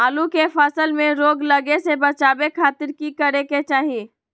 आलू के फसल में रोग लगे से बचावे खातिर की करे के चाही?